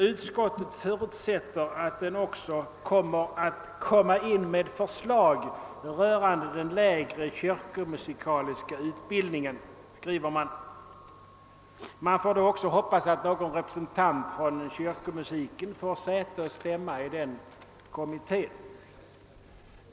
Utskottet förutsätter att den också framlägger förslag rörande den lägre kyrkomusikaliska utbildningen. Man får hoppas att även en representant från kyrkomusiken får säte och stämma i den kommittén.